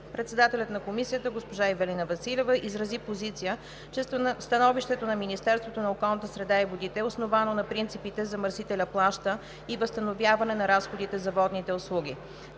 Председателят на Комисията госпожа Ивелина Василева изрази позиция, че становището на Министерството на околната среда и водите е основано на принципите „замърсителят плаща“ и за възстановяване на разходите за водните услуги.